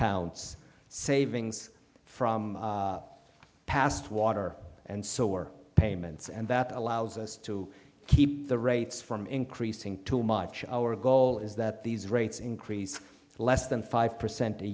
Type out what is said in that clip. counts savings from past water and so we're payments and that allows us to keep the rates from increasing too much our goal is that these rates increase less than five percent a